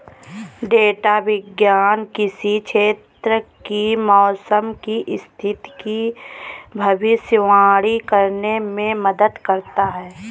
data विज्ञान किसी क्षेत्र की मौसम की स्थिति की भविष्यवाणी करने में मदद करता है